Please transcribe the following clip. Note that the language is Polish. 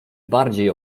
bardziej